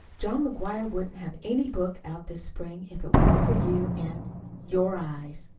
john mcguire wouldn't have any book out this spring if it weren't for you and your eyes.